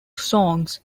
songs